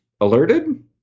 alerted